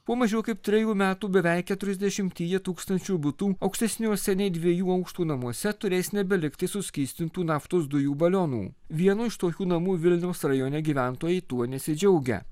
po mažiau kaip trejų metų beveik keturiasdešimtyje tūkstančių butų aukštesniuose nei dviejų aukštų namuose turės nebelikti suskystintų naftos dujų balionų vieno iš tokių namų vilniaus rajone gyventojai tuo nesidžiaugia